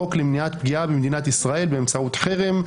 חוק למניעת פגיעה במדינת ישראל באמצעות חרם,